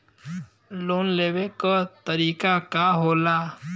Loan लेवे क तरीकाका होला?